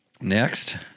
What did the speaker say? Next